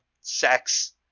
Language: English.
sex